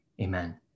Amen